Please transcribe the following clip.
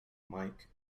mike